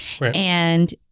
And-